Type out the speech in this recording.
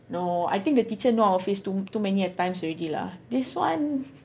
no I think the teacher know our face too too many a times already lah this one